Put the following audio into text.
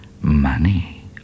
money